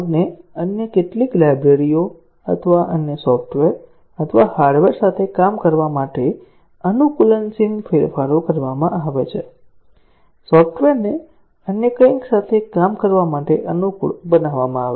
કોડને અન્ય કેટલીક લાઇબ્રેરીઓ અથવા અન્ય સોફ્ટવેર અથવા હાર્ડવેર સાથે કામ કરવા માટે અનુકૂલનશીલ ફેરફારો કરવામાં આવે છે સોફ્ટવેરને અન્ય કંઇક સાથે કામ કરવા માટે અનુકૂળ બનાવવા માટે